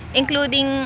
including